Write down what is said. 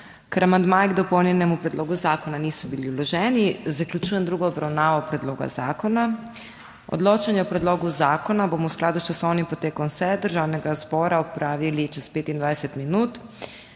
Ker amandmaji k dopolnjenemu predlogu zakona niso bili vloženi, zaključujem drugo obravnavo predloga zakona. Odločanje o predlogu zakona bomo v skladu s časovnim potekom seje Državnega zbora opravili čez 25 minut.